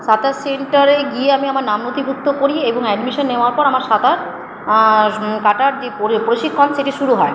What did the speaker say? সাঁতার সেন্টারে গিয়ে আমি আমার নাম নথিভুক্ত করি এবং অ্যাডমিশান নেওয়ার পর আমার সাঁতার কাটার যে প্রশিক্ষণ সেটি শুরু হয়